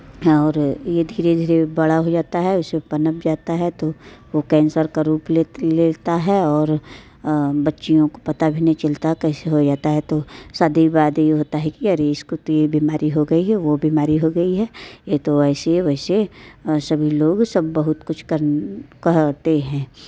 और ये धीरे धीरे बड़ा हो जाता है उसे पनप जाता है तो वो कैंसर का रूप ले लेता है और बच्चियों को पता भी नहीं चलता कैसे हो जाता है तो तो शादी वादी होता है अरे कि इसको तो ये बीमारी हो गई है वो बीमारी हो गई है ये तो ऐसी है वैसी है सभी लोग सब बहुत कुछ कह कहते हैं